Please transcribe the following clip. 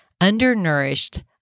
undernourished